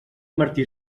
martí